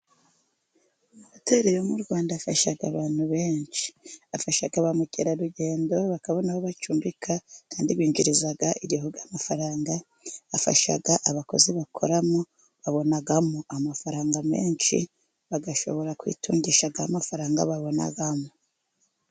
Ama hoteri yo mu Rwanda afasha abantu benshi, afasha ba mukerarugendo bakabona aho bacumbika, kandi binjiriza igihugu amafaranga, afasha abakozi bakoramo babonamo amafaranga menshi, bagashobora kwitungisha ya mafaranga babonamo.